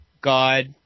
God